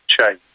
change